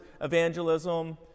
evangelism